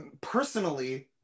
personally